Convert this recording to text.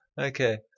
Okay